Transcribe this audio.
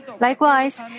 Likewise